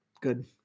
good